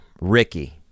Ricky